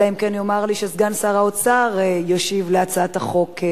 אלא אם כן ייאמר לי שסגן שר האוצר ישיב על הצעת החוק.